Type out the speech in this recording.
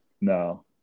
No